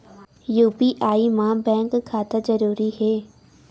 UPI मा bank खाता जरूरी हे?